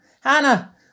Hannah